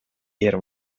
era